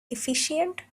efficient